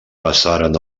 passaren